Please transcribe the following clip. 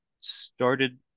started